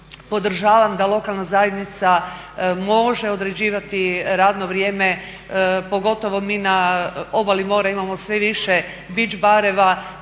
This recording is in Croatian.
podržavam da lokalna zajednica može određivati radno vrijeme, pogotovo mi na obali mora imamo sve više beach barova